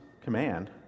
command